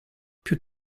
più